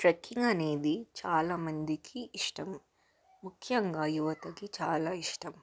trekking అనేది చాలామందికి ఇష్టం ముఖ్యంగా యువతకి చాలా ఇష్టం